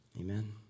Amen